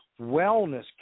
wellness